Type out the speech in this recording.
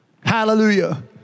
hallelujah